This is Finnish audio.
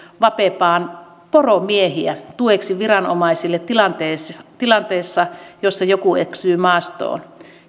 vapepaan poromiehiä tueksi viranomaisille tilanteessa tilanteessa jossa joku eksyy maastoon